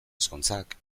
ezkontzak